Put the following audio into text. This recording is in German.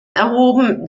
erhoben